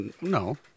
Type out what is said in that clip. No